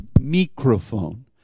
microphone